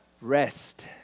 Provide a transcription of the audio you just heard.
rest